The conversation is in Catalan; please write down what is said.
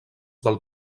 del